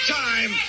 time